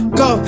go